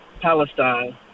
Palestine